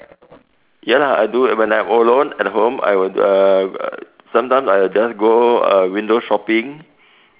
ya lah I do it when I alone at home I will uh sometimes I just go window shopping